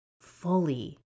Fully